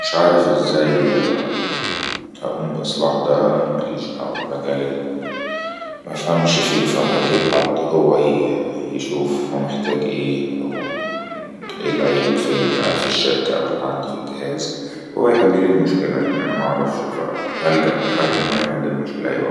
مشعارف ازاي ممكن هقوم باصلاح ده مليش دعوة بمجال المفهمش فيه فهجيب حد هو يشوف همحتاج ايه ووالعيب فين في الشركة ولا عند ي في الجهاز وهويحليلي المشكلة ايه انا معرفش فهلجأ لحد انو يحلي المشكلة ايه